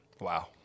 Wow